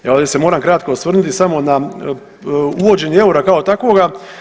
Evo ovdje se moram kratko osvrnuti samo na uvođenje eura kao takvoga.